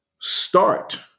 start